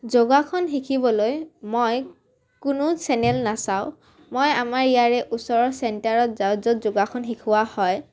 যোগাসন শিকিবলৈ মই কোনো চেনেল নাচাওঁ মই আমাৰ ইয়াৰে ওচৰৰ চেণ্টাৰত যাওঁ য'ত যোগাসন শিকোৱা হয়